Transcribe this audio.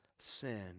Sin